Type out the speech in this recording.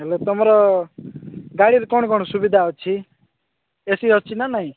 ହେଲେ ତୁମର ଗାଡ଼ିରେ କ'ଣ କ'ଣ ସୁବିଧା ଅଛି ଏ ସି ଅଛି ନା ନାଇଁ